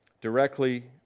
directly